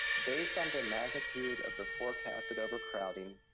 based on the magnitude of the forecasted overcrowding,